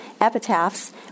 epitaphs